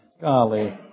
Golly